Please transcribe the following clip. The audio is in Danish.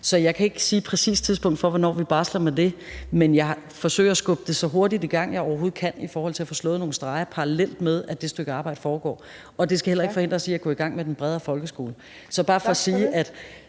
Så jeg kan ikke sige et præcist tidspunkt for, hvornår vi barsler med det, men jeg forsøger at skubbe det så hurtigt i gang, jeg overhovedet kan, i forhold til at få slået nogle streger for det, parallelt med at det stykke arbejde foregår, og det skal heller ikke forhindre os i at gå i gang med den bredere folkeskole. Så det er bare for at sige, at